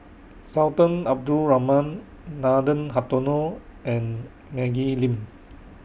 Sultan Abdul Rahman Nathan Hartono and Maggie Lim